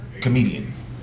comedians